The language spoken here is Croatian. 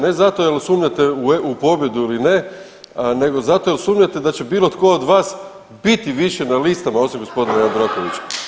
Ne zato jer sumnjate u pobjedu ili ne, nego zato jer sumnjate da će bilo tko od vas biti više na listama osim gospodina Jandrokovića.